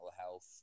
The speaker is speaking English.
health